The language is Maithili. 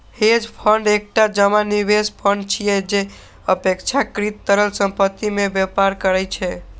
हेज फंड एकटा जमा निवेश फंड छियै, जे अपेक्षाकृत तरल संपत्ति मे व्यापार करै छै